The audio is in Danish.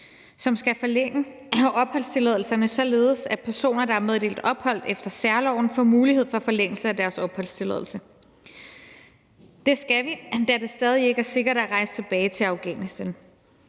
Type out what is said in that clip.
som skal forlænge opholdstilladelserne, således at personer, der er meddelt ophold efter særloven, får mulighed for forlængelse af deres opholdstilladelse. Det skal vi gøre, da det stadig ikke er sikkert at rejse tilbage til Afghanistan,